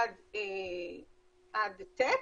עד ט'